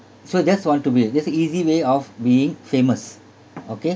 so just want to be that's a easy way of being famous okay